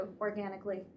organically